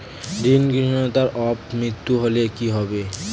ঋণ গ্রহীতার অপ মৃত্যু হলে কি হবে?